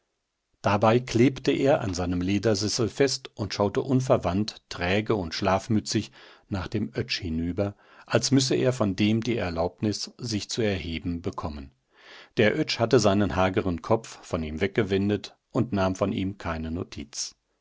dabei klebte er an seinem ledersessel fest und schaute unverwandt träge und schlafmützig nach dem oetsch hinüber als müsse er von dem die erlaubnis sich zu erheben bekommen der oetsch hatte seinen hageren kopf von ihm weggewendet und nahm von ihm keine notiz